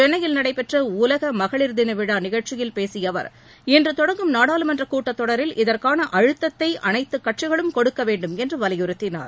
சென்னையில் நடைபெற்ற உலக மகளிர் தின விழா நிகழ்ச்சியில் பேசிய அவர் இன்று தொடங்கும் நாடாளுமன்ற கூட்டத்தொடரில் இதற்காள அழுத்தத்தை அனைத்துக் கட்சிகளும் கொடுக்க வேண்டும் என்று வலியுறுத்தினார்